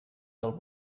del